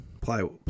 plywood